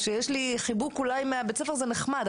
או שיש לי אולי חיבוק מבית הספר זה נחמד,